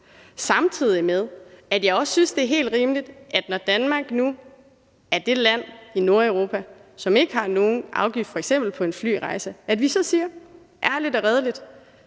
Samtidig synes jeg også, det er helt rimeligt, at vi, når Danmark nu er det land i Nordeuropa, som ikke har nogen afgift på f.eks. en flyrejse, så siger ærligt og redeligt,